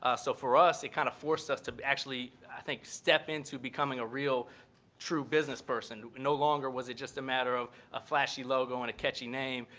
so for us it kind of forced us to actually, i think, step in to becoming a real true business person. no longer was it just a matter of a flashy logo and a catchy name.